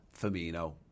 Firmino